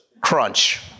crunch